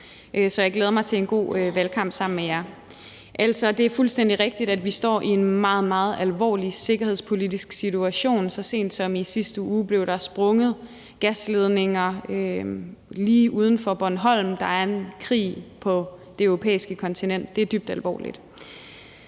så jeg glæder mig til en god valgkamp sammen med jer. Det er fuldstændig rigtigt, at vi står i en meget, meget alvorlig sikkerhedspolitisk situation. Så sent som i sidste uge blev der sprængt gasledninger lige uden for Bornholm. Der er en krig på det europæiske kontinent. Det er dybt alvorligt.